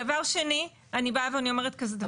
דבר שני, אני באה ואני אומרת כזה דבר.